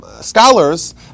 scholars